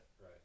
Right